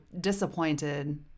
disappointed